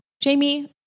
Jamie